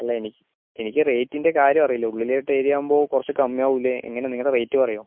അല്ല എനിക്ക് റേറ്റിൻ്റെ കാര്യമറിയില്ല ഉള്ളിലോട്ട് ഏരിയ ആകുമ്പോൾ കുറച്ച് കമ്മിയാകില്ലേ എങ്ങനെയാ നിങ്ങടെ റേറ്റ് പറയുമോ